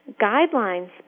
guidelines